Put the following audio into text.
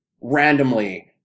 randomly